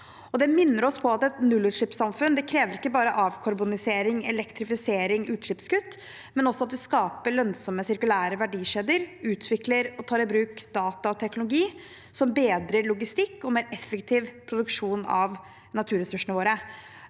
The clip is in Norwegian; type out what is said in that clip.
Det minner oss på at et nullutslippssamfunn ikke bare krever avkarbonisering, elektrifisering og utslippskutt, men også at vi skaper lønnsomme sirkulære verdikjeder og utvikler og tar i bruk datateknologi som bedrer logistikk og gir mer effektiv produksjon av naturressursene våre.